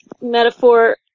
metaphor